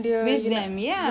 with them ya